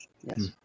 Yes